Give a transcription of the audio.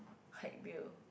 hike beer